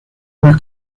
más